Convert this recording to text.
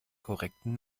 korrekten